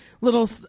little